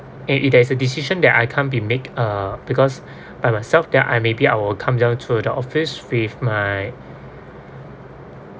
and if there is a decision that I can't be make uh because by myself then I maybe I will come down to the office with my